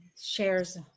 shares